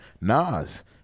Nas